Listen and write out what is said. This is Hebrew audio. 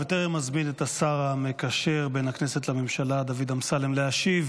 בטרם אזמין את השר המקשר בין הכנסת לממשלה דוד אמסלם להשיב,